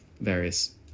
various